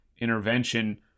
intervention